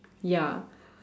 ya